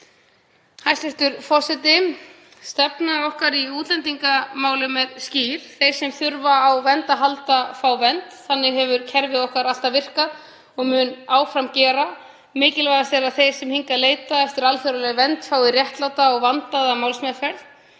Hæstv. forseti. Stefna okkar í útlendingamálum er skýr. Þeir sem þurfa á vernd að halda fá vernd. Þannig hefur kerfið okkar alltaf virkað og mun áfram gera. Mikilvægast er að þeir sem hingað leita eftir alþjóðlegri vernd fái réttláta og vandaða málsmeðferð.